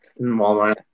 walmart